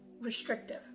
restrictive